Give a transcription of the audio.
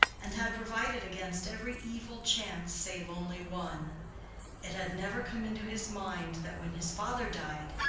and had provided against every evil chance save only one it had never come into his mind that when his father died,